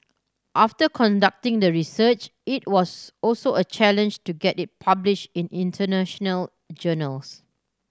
after conducting the research it was also a challenge to get it publish in international journals